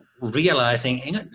realizing